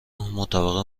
مطابق